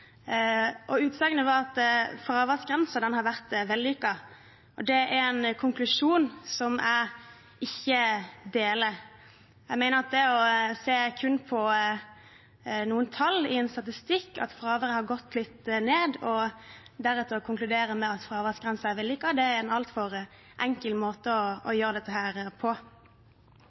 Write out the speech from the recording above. var at fraværsgrensen har vært vellykket, og det er en konklusjon som jeg ikke er enig i. Jeg mener at kun å se på noen tall i en statistikk at fraværet har gått litt ned og deretter konkludere med at fraværsgrensen er vellykket, er en altfor enkel måte å gjøre det på.